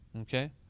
okay